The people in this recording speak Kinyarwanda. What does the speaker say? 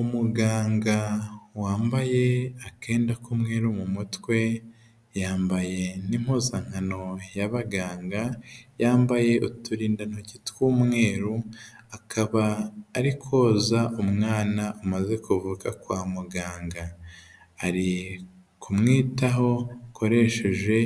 Umuganga wambaye akenda k'umweru mu mutwe, yambaye n'impuzankano y'abaganga, yambaye uturindantoki tw'umweru akaba ari koza umwana amaze kuvuka kwa muganga, ari kumwitaho akoresheje